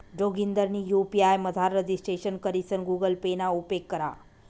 जोगिंदरनी यु.पी.आय मझार रजिस्ट्रेशन करीसन गुगल पे ना उपेग करा